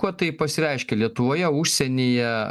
kuo tai pasireiškia lietuvoje užsienyje